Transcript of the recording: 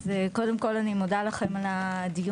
קודם כל אני מודה לכם על הדיון,